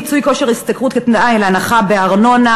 מיצוי כושר השתכרות כתנאי להנחה בארנונה,